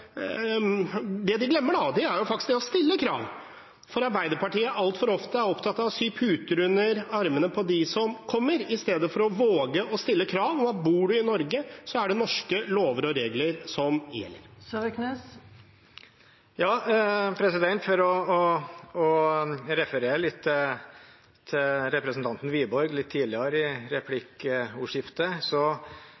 det Arbeiderpartiet glemmer, er faktisk å stille krav. Arbeiderpartiet er altfor ofte opptatt av å sy puter under armene på dem som kommer, istedenfor å våge å stille krav om at det er norske lover og regler som gjelder om man bor i Norge. For å referere til representanten Wiborg litt tidligere i